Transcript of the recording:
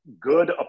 good